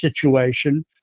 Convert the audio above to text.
situation